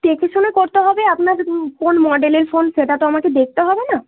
দেখেশুনে করতে হবে আপনার কোন মডেলের ফোন সেটা তো আমাকে দেখতে হবে না